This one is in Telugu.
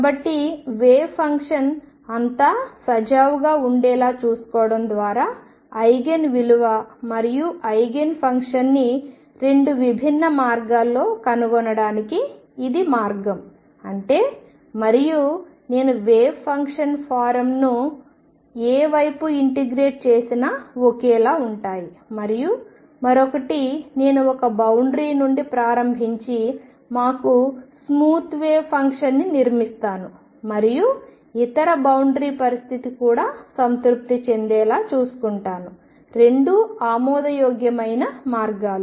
కాబట్టి వేవ్ ఫంక్షన్ అంతా సజావుగా ఉండేలా చూసుకోవడం ద్వారా ఐగెన్ విలువ మరియు ఐగెన్ ఫంక్షన్ని రెండు విభిన్న మార్గాల్లో కనుగొనడానికి ఇది మార్గం అంటే మరియు నేను వేవ్ ఫంక్షన్ ఫారమ్ను ఏ వైపు ఇంటిగ్రేట్ చేసినా ఒకేలా ఉంటాయి మరియు మరొకటి నేను ఒక బౌండరి నుండి ప్రారంభించి మాకు స్మూత్ వేవ్ ఫంక్షన్ని నిర్మిస్తాను మరియు ఇతర బౌండరి పరిస్థితి కూడా సంతృప్తి చెందేలా చూసుకుంటాను రెండూ ఆమోదయోగ్యమైన మార్గాలు